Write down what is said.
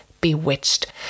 Bewitched